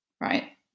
right